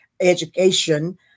education